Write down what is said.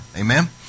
Amen